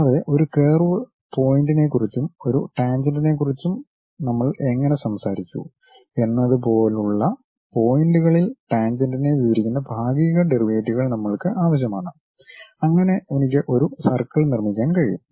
കൂടാതെ ഒരു കർവ് പോയിന്റിനെക്കുറിച്ചും ഒരു ടാൻജെന്റിനെക്കുറിച്ചും നമ്മൾ എങ്ങനെ സംസാരിച്ചു എന്നതുപോലുള്ള പോയിന്റുകളിൽ ടാൻജെന്റിനെ വിവരിക്കുന്ന ഭാഗിക ഡെറിവേറ്റീവുകൾ നമ്മൾക്ക് ആവശ്യമാണ് അങ്ങനെ എനിക്ക് ഒരു സർക്കിൾ നിർമ്മിക്കാൻ കഴിയും